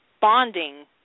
bonding